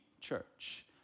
church